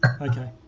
Okay